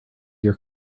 your